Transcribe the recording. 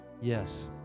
Yes